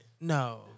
No